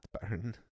burn